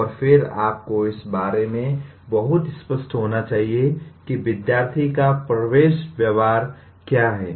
और फिर आपको इस बारे में बहुत स्पष्ट होना चाहिए कि विद्यार्थी का प्रवेश व्यवहार क्या है